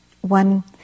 One